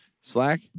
Slack